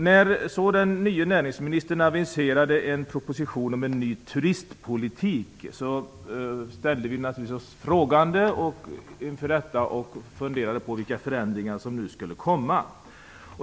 När den nya näringsministern aviserade en proposition om en ny turistpolitik ställde vi oss naturligtvis frågande inför detta och undrade vilka förändringar som skulle komma.